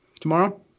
tomorrow